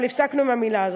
אבל הפסקנו עם המילה הזאת.